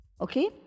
Okay